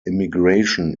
immigration